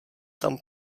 tam